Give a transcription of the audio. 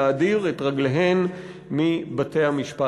להדיר את רגליהן מבתי-המשפט.